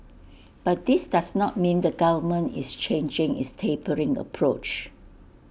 but this does not mean the government is changing its tapering approach